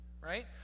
Right